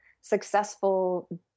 successful